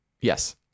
Yes